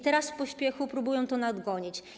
Teraz w pośpiechu próbujecie to nadgonić.